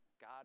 God